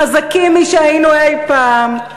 חזקים משהיינו אי-פעם,